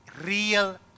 real